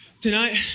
tonight